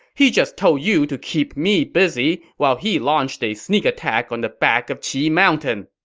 he just told you to keep me busy while he launched a sneak attack on the back of qi mountain!